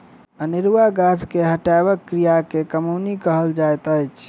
अनेरुआ गाछ के हटयबाक क्रिया के कमौनी कहल जाइत अछि